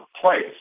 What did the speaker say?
place